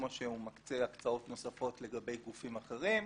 כמו שהוא מקצה הקצאות נוספות לגבי גופים אחרים.